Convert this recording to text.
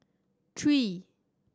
three